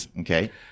okay